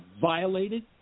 violated